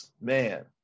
man